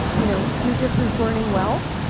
you know, do distance learning well.